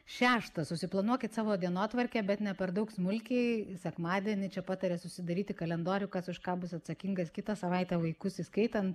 šeštą susiplanuokit savo dienotvarkę bet ne per daug smulkiai sekmadienį čia pataria susidaryti kalendorių kas už ką bus atsakingas kitą savaitę vaikus įskaitant